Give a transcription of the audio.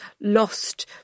lost